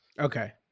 Okay